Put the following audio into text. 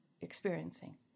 experiencing